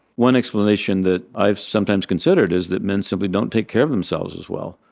one explanation that i've sometimes considered is that men simply don't take care of themselves as well.